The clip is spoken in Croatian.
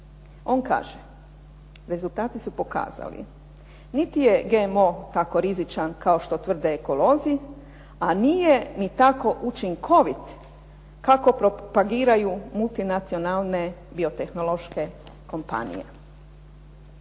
on kaže: "Rezultati su pokazali niti je GMO tako rizičan kao što tvrde ekolozi, a nije ni tako učinkovit kako propagiraju multinacionalne biotehnološke kompanije."